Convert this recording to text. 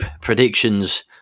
predictions